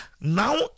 now